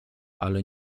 ale